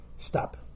Stop